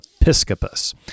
episcopus